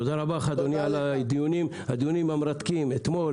תודה רבה על הדיונים המרתקים אתמול,